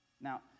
Now